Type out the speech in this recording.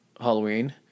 Halloween